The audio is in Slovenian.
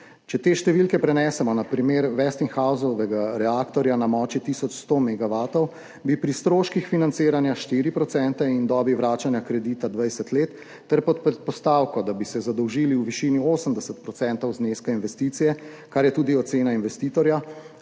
Če te številke prenesemo na primer Westinghousovega reaktorja na moči tisoč 100 megavatov, bi pri stroških financiranja 4 % in dobi vračanja kredita 20 let ter pod predpostavko, da bi se zadolžili v višini 80 % zneska investicije, kar je tudi ocena investitorja,